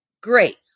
great